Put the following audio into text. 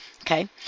Okay